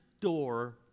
door